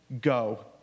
go